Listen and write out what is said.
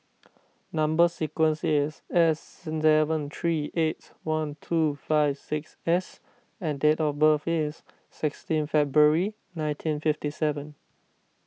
Number Sequence is S seven three eight one two five six S and date of birth is sixteen February nineteen fifty seven